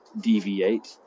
deviate